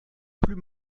plus